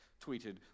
tweeted